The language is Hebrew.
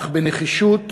אך בנחישות